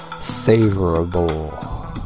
favorable